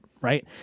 right